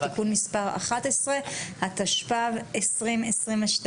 (תיקון מס' 11), התשפ"ב-2022.